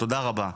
תודה רבה".